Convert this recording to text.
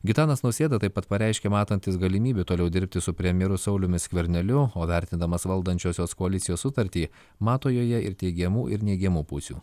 gitanas nausėda taip pat pareiškė matantis galimybių toliau dirbti su premjeru sauliumi skverneliu o vertindamas valdančiosios koalicijos sutartį mato joje ir teigiamų ir neigiamų pusių